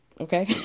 okay